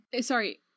Sorry